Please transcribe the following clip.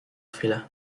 chwilę